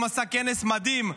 עשה היום כנס מדהים,